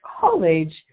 college